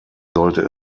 sollte